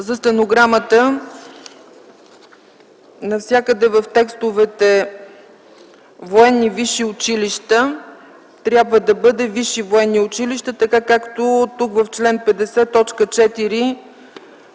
За стенограмата, навсякъде в текстовете „военни висши училища” трябва да бъде „висши военни училища”. Както тук в чл. 50,